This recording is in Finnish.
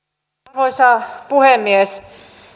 arvoisa puhemies